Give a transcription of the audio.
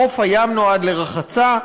חוף הים נועד לרחצה,